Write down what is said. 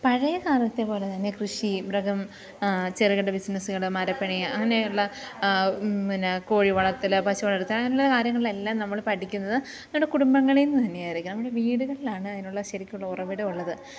പഴയ കാലത്തെ പോലെ തന്നെ കൃഷി മൃഗം ചെറുകിട ബിസിനസ്സുകൾ മരപ്പണി അങ്ങനെയുള്ള പിന്നെ കോഴി വളർത്തൽ പശു വളർത്തുക അങ്ങനെയുള്ള കാര്യങ്ങളിലെല്ലാം നമ്മൾ പഠിക്കുന്നത് നമ്മുടെ കുടുംബങ്ങളിൽ നിന്ന് തന്നെയായിരിക്കും നമ്മുടെ വീടുകളിലാണ് അതിനുള്ള ശരിക്കുള്ള ഉറവിടം ഉള്ളത്